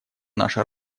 наша